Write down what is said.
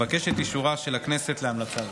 אבקש את אישורה של הכנסת להמלצה זו.